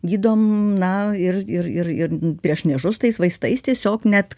gydom na ir ir ir ir prieš niežus tais vaistais tiesiog net